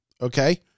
okay